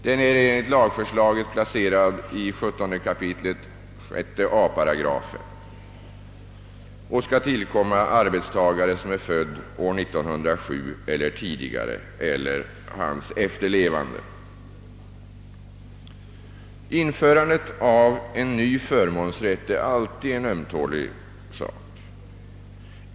Den är enligt lagförslaget placerad i 17 kap. 6 a § och skall tillkomma arbetstagare som är född år 1907 eller tidigare och hans efterlevande. Införandet av en ny förmånsrätt är alltid en ömtålig sak.